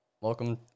welcome